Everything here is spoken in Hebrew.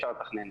אפשר לתכנן.